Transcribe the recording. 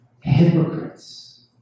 hypocrites